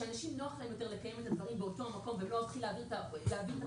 שלאנשים נוח יותר לקיים את הדברים באותו מקום ולא להעביר את התיק,